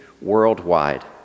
worldwide